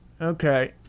Okay